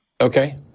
Okay